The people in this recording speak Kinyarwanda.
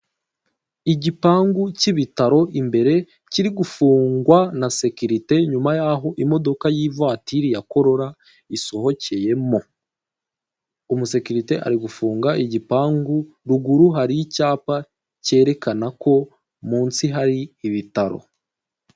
Igipangu cy'ibitaro imbere kirigufungwa na sekirite nyuma yaho imodoka y'ivatiri ya korora isohokeyemo. Umusekirite ari gufunga igipangu, ruguru hari icyapa kerekana ko munsi hari ibitaro.